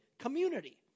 community